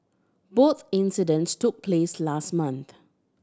both incidents took place last month